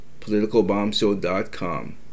PoliticalBombshow.com